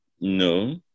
No